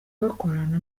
bakorana